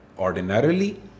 Ordinarily